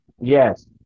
yes